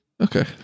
Okay